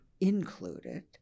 included